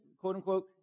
quote-unquote